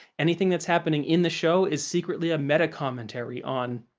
anything that's happening in the show is secretly a meta commentary on.